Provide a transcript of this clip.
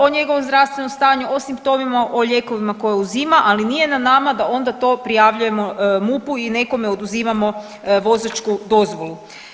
O njegovom zdravstvenom stanju, o simptomima, o lijekovima koje uzima, ali nije na nama da onda to prijavljujemo MUP-u i nekome oduzimamo vozačku dozvolu.